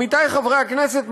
עמיתי חברי הכנסת,